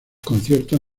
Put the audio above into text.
conciertos